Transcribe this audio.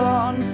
on